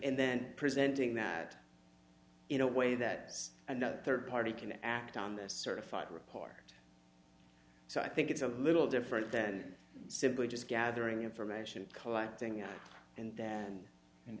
and then presenting that in a way that another third party can act on this certified report so i think it's a little different than simply just gathering information collecting on and and and